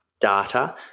data